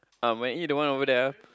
um when eat the one over there ah